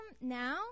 now